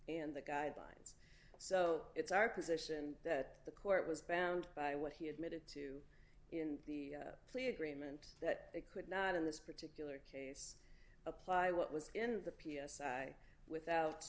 and the guidelines so it's our position that the court was bound by what he admitted to in the plea agreement that they could not in this particular case apply what was in the p s a without